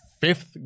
fifth